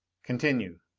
continue.